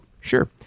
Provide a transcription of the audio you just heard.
Sure